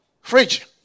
fridge